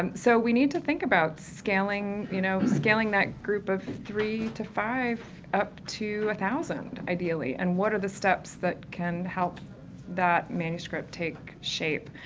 um so we need to think about scaling-you you know scaling that group of three to five up to a thousand, ideally, and what are the steps that can help that manuscript take shape.